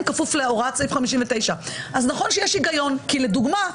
כפוף להוראת סעיף 59. אז נכון שיש היגיון כי לדוגמה,